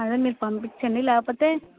అదే మీరు పంపిచ్చండి లేకపోతే